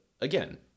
again